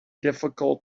difficult